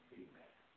amen